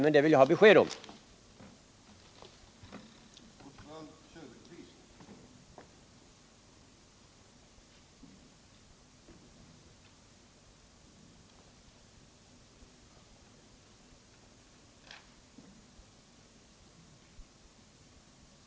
I så fall vill jag emellertid få besked om att det förhåller sig så.